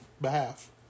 behalf